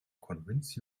convince